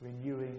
renewing